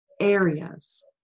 areas